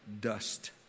dust